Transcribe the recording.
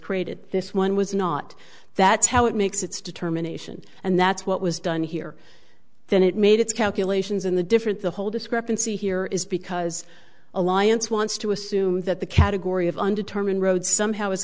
created this one was not that's how it makes its determination and that's what was done here then it made its calculations in the different the whole discrepancy here is because alliance wants to assume that the category of undetermined road somehow